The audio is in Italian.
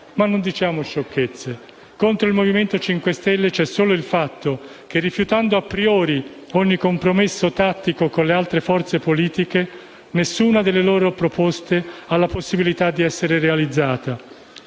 Ma non diciamo sciocchezze! Contro il Movimento 5 Stelle c'è solo il fatto che, rifiutando *a priori* ogni compromesso tattico con le altre forze politiche, nessuna delle loro proposte ha la possibilità di essere realizzata,